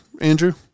Andrew